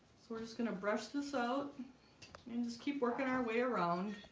so we're just going to brush this out and just keep working our way around